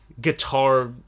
guitar